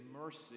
mercy